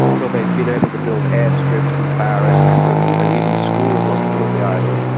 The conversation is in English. so they've been able to build airstrips and barracks and and even schools on some of the islands.